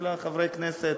אחלה חברי כנסת,